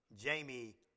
Jamie